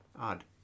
Odd